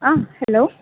आ हलो